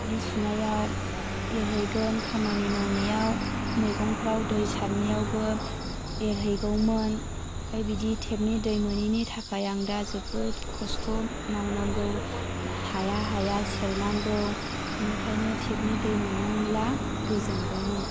जि सुनायाव एरहैगोन खामानि मावनायाव मैगंफ्राव दै सारनायावबो एरहैगौमोन फाय बिदि टेबनि दै मोनिनि थाखाय आं दा जोबोद खस्थ' मावनांगौ हाया हाया सेरनांगौ बेनिखायनो टेबनि दै मोनोमोनला गोजोन गौमोन